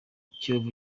kiyovu